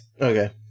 Okay